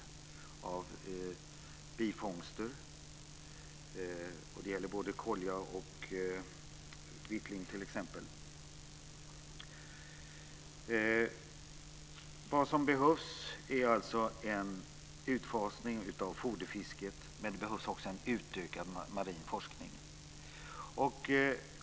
Det gäller t.ex. både kolja och vitling. Det som behövs är alltså en utfasning av foderfisket, men det behövs också en utökad marin forskning.